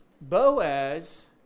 Boaz